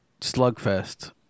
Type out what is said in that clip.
slugfest